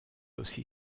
aussi